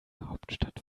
hauptstadt